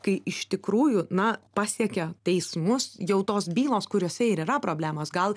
kai iš tikrųjų na pasiekė teismus jau tos bylos kuriose ir yra problemos gal